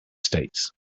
states